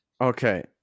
Okay